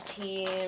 team